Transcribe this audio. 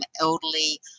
elderly